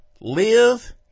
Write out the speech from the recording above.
live